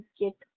get